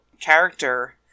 character